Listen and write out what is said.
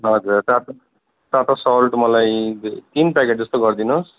हजुर टाटा टाटा सल्ट मलाई तिन प्याकेट जस्तो गरिदिनु होस्